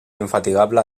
infatigable